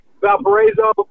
Valparaiso